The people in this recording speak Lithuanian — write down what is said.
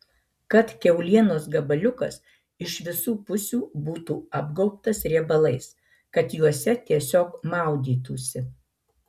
kad kiaulienos gabaliukas iš visų pusių būtų apgaubtas riebalais kad juose tiesiog maudytųsi